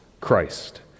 Christ